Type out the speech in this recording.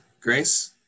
Grace